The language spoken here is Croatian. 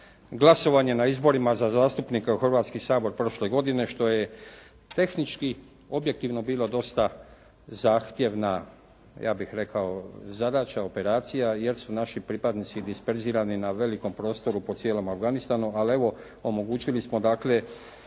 glasovanje na izborima za zastupnika u Hrvatski sabor prošle godine što je tehnički, objektivno bilo dosta zahtjevna, ja bih rekao zadaća, operacija jer su naši pripadnici disperzirani na velikom prostoru po cijelom Afganistanu. Ali evo omogućili smo